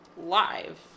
live